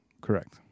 Correct